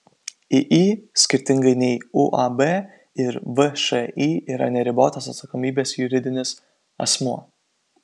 iį skirtingai nei uab ir všį yra neribotos atsakomybės juridinis asmuo